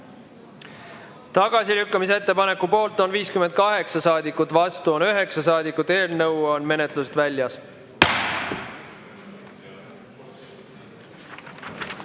Tagasilükkamise ettepaneku poolt on 58 saadikut, vastu on 9 saadikut. Eelnõu on menetlusest väljas.